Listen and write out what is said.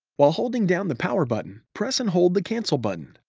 while holding down the power button, press and hold the cancel button.